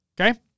Okay